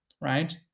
right